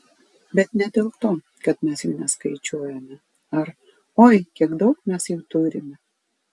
bet ne dėl to kad mes jų neskaičiuojame ar oi kiek daug mes jų turime